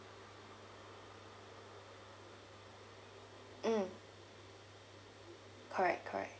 mm correct correct